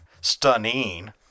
Stunning